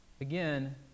again